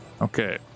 Okay